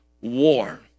war